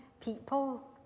people